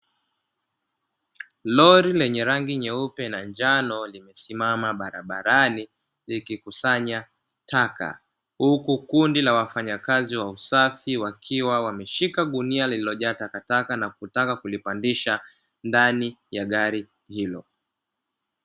Lori lenye rangi nyeupe na njano limesimama barabarani likikusanya taka, huku kundi la wafanyakazi wa usafi wakiwa wameshika gunia lililojaa takataka na kutaka kulipandisha ndani ya gari hilo.